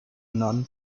non